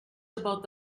about